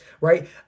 right